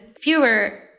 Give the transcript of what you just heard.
fewer